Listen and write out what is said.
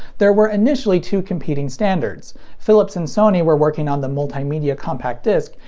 there were initially two competing standards philips and sony were working on the multimedia compact disc,